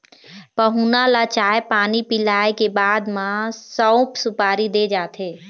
पहुना ल चाय पानी पिलाए के बाद म सउफ, सुपारी दे जाथे